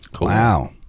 Wow